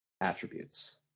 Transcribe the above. attributes